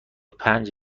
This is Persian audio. پنج